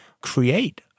create